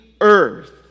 earth